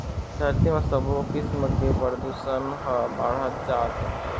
धरती म सबो किसम के परदूसन ह बाढ़त जात हे